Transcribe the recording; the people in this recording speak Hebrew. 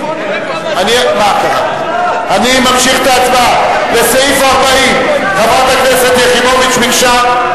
לאחרי סעיף 40, חברת הכנסת יחימוביץ ביקשה.